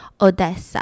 Odessa